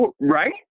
Right